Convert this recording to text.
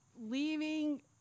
leaving